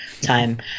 time